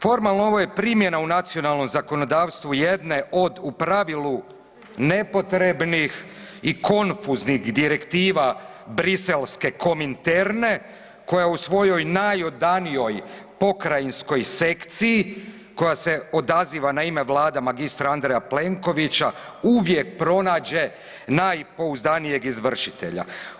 Formalno ovo je primjena u nacionalnom zakonodavstvu jedne od u pravilu nepotrebnih i konfuznih direktiva briselske kominterne koja u svojoj najodanijoj pokrajinskoj sekciji koja se odaziva na ime Vlada mr. Andreja Plenkovića uvijek pronađe najpouzdanijeg izvršitelja.